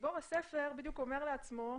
גיבור הספר בדיוק אומר לעצמו: